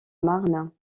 marne